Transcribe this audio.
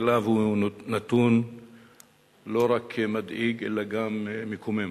הוא לא רק מדאיג אלא גם מקומם.